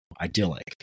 idyllic